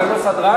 אני לא סדרן,